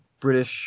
British